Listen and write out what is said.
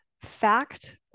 Fact